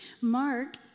Mark